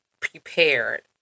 prepared